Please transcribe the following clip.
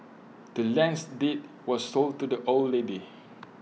the land's deed was sold to the old lady